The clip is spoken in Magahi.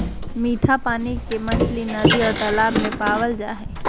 मिट्ठा पानी के मछली नदि और तालाब में पावल जा हइ